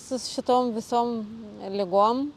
su šitom visom ligom